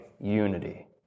unity